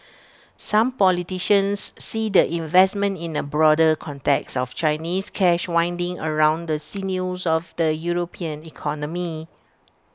some politicians see the investment in A broader context of Chinese cash winding around the sinews of the european economy